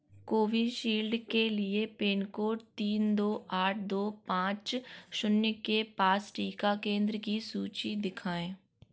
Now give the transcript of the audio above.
Covishield के लिए pin code तीन दो आठ दो पाँच शून्य के पास टीका केंद्र की सूची दिखाएँ